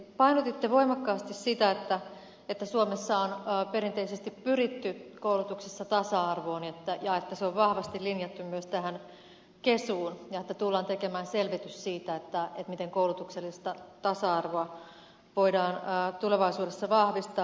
painotitte voimakkaasti sitä että suomessa on perinteisesti pyritty koulutuksessa tasa arvoon ja että se on vahvasti linjattu myös tähän kesuun ja että tullaan tekemään selvitys siitä miten koulutuksellista tasa arvoa voidaan tulevaisuudessa vahvistaa